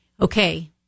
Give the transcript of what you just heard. okay